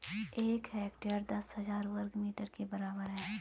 एक हेक्टेयर दस हजार वर्ग मीटर के बराबर है